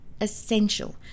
essential